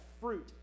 fruit